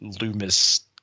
Loomis